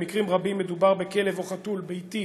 במקרים רבים מדובר בכלב או חתול ביתי,